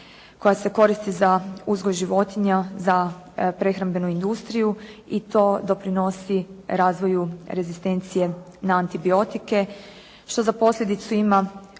koja se koristi za uzgoj životinja za prehrambenu industriju i to doprinosi razvoju rezistencije na antibiotike, što za posljedicu ima